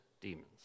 demons